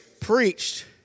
Preached